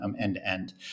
end-to-end